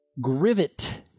GRIVET